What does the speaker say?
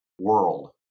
world